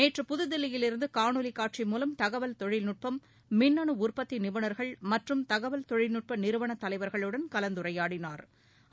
நேற்று புதுதில்லியிலிருந்து காணொலி காட்சி மூலம் தகவல் தொழில்நுட்பம் மின்னணு உற்பத்தி நிபுணா்கள் மற்றும் தகவல் தொழில்நுட்ப நிறுவன தலைவா்களுடன் கலந்துரையாடினாா்